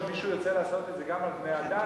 שמישהו ירצה לעשות את זה גם על בני-אדם,